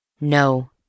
No